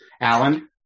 Alan